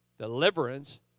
deliverance